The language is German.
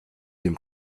dem